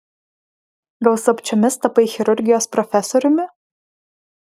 gal slapčiomis tapai chirurgijos profesoriumi